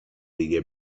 دیگه